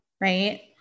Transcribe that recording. Right